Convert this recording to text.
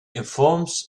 informs